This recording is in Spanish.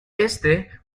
éste